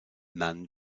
man